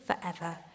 forever